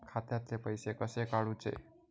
खात्यातले पैसे कसे काडूचे?